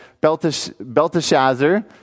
Belteshazzar